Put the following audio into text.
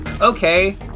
Okay